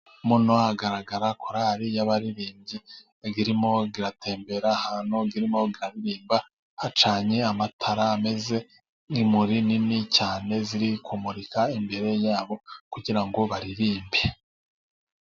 Muno hagaragara korali y'abaririmbyi irimo iratembera ahantu irimo iririmba, hacanye amatara ameze nk'imuri nini cyane ziri kumurika imbere yabo kugira ngo baririmbe.